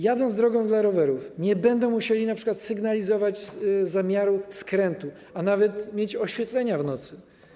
Jadąc drogą dla rowerów, nie będą musieli np. sygnalizować zamiaru skrętu, a nawet mieć oświetlenia w nocy.